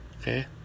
Okay